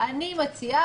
אני מציעה.